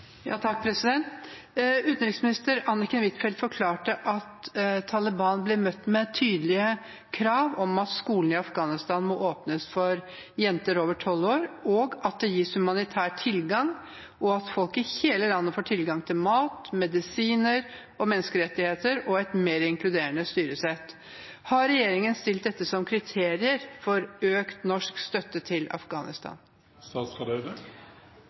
Utenriksminister Anniken Huitfeldt forklarte at Taliban ble møtt med tydelige krav om at skolene i Afghanistan må åpnes for jenter over tolv år, at det gis humanitær tilgang og at folk i hele landet får tilgang til mat, medisiner og menneskerettigheter, og et mer inkluderende styresett. Har regjeringen stilt dette som kriterier for økt norsk støtte til